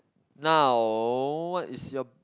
now what is your